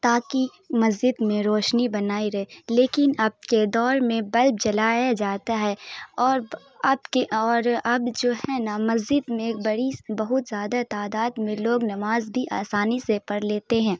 تا کہ مسجد میں روشنی بنائی رہے لیکن اب کے دور میں بلب جلایا جاتا ہے اور اب کے اور اب جو ہیں نا مسجد میں ایک بڑی بہت زیادہ تعداد میں لوگ نماز بھی آسانی سے پڑھ لیتے ہیں